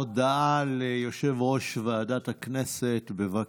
הודעה ליושב-ראש ועדת הכנסת, בבקשה.